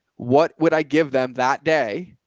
what would i give them that day?